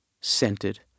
scented